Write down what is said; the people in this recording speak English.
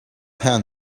hunt